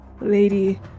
Lady